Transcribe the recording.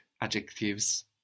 adjectives